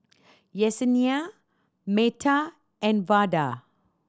Yessenia Metha and Vada